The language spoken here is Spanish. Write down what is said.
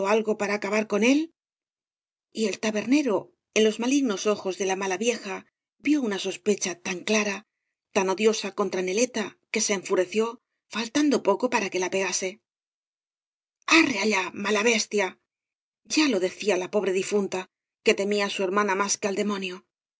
para acabar con él y el tabernero en los malignos ojos de la mala vieja vio una sospecha tan clara tan odiosa contra neleta que se enfureció faltando poco para que la pegaee arre allá mala bestia ya lo decia la pobre difunta que temía á bu hermana más que ai demonio